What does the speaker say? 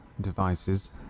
devices